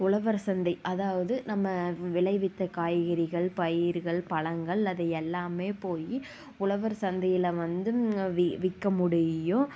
உழவர் சந்தை அதாவது நம்ம விளைவித்த காய்கறிகள் பயிர்கள் பழங்கள் அது எல்லாம் போய் உழவர் சந்தையில் வந்து வி விற்க முடியும்